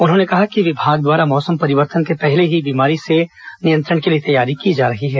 उन्होंने कहा कि विभाग द्वारा मौसम परिवर्तन के पहले ही बीमारियों से नियंत्रण के लिए तैयारी की जा रही है